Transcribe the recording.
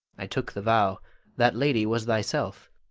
i took the vow that lady was thyself,